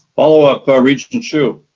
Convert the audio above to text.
follow up, regent hsu?